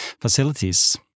facilities